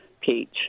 peach